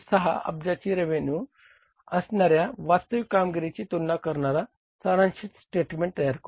6 अब्जाची रेव्हेन्यू असणाऱ्या वास्तविक कामगिरीची तुलना करणारा सारांशीत स्टेटमेंट तयार करू